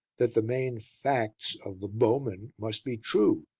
that the main facts of the bowmen must be true,